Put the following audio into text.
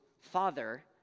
father